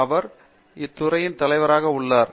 இவர் இத்துறையின் தலைவராக உள்ளார்